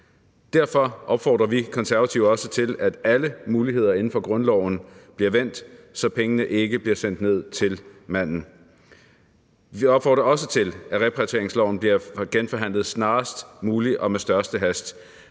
Derfor opfordrer vi Konservative også til, at alle muligheder inden for grundloven bliver vendt, så pengene ikke bliver sendt ned til manden. Vi opfordrer også til, at repatrieringsloven bliver genforhandlet snarest muligt og med største hast,